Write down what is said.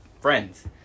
friends